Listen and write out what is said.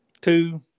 two